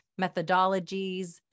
methodologies